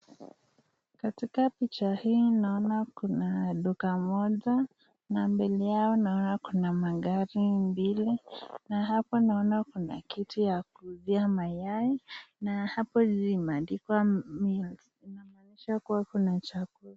Katika picha hii naona kuna duka moja na mbele yao naona kuna magari mbili na hapo naona kuna kiti ya kuuzia mayai na hapo juu imeandikwa meat inamaanisha kuwa kuna chakula.